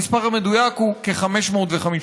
המספר המדויק הוא כ-550,000.